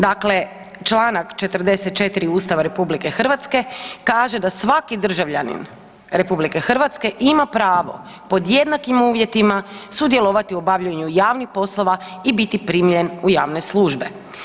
Dakle, čl. 44 Ustava RH kaže da svaki državljanin RH ima pravo pod jednakim uvjetima sudjelovati u obavljaju javnih poslova i biti primljen u javne službe.